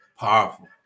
Powerful